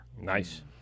Nice